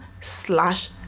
slash